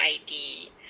ID